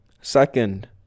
second